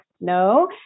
no